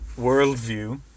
worldview